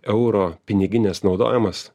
euro piniginės naudojimas